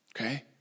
Okay